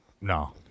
no